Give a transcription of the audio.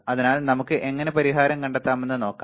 അതിനാൽ നമുക്ക് എങ്ങനെ പരിഹാരം കണ്ടെത്താമെന്ന് നോക്കാം